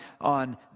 on